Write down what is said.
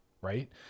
right